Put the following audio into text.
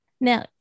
Now